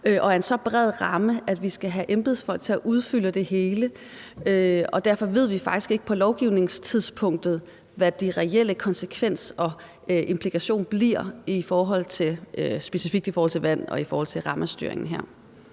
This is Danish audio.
og i en så bred ramme, at vi skal have embedsfolk til at udfylde det hele, og derfor ved vi faktisk ikke på lovgivningstidspunktet, hvad de reelle konsekvenser og implikationer bliver specifikt i forhold til vand og i forhold til rammestyringen her.